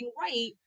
right